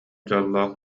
дьоллоох